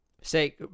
Say